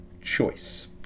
choice